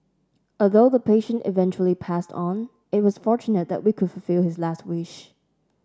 although the patient eventually passed on it was fortunate that we could fulfil his last wish